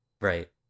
Right